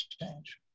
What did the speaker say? change